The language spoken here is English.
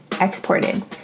exported